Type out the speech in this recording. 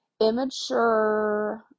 immature